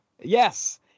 Yes